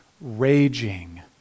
raging